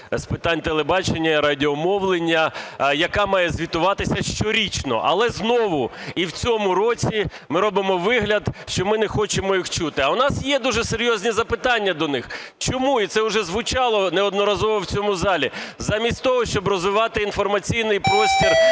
з питань телебачення і радіомовлення, яка має звітуватися щорічно. Але знову і в цьому році ми робимо вигляд, що ми не хочемо їх чути. А у нас є дуже серйозні запитання до них, чому, і це вже звучало неодноразово в цьому залі, замість того, щоб розвивати інформаційний простір